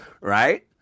Right